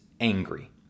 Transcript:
angry